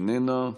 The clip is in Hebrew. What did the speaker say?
איננה,